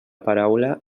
paraula